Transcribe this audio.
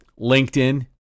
LinkedIn